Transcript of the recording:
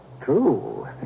True